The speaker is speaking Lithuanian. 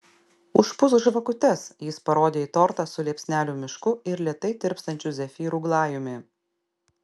užpūsk žvakutes jis parodė į tortą su liepsnelių mišku ir lėtai tirpstančiu zefyrų glajumi